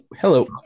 Hello